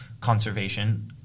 conservation